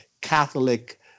Catholic